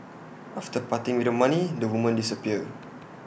after parting with the money the women disappear